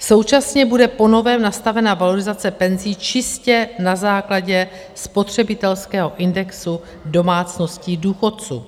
Současně bude po novém nastavena valorizace penzí čistě na základě spotřebitelského indexu domácností důchodců.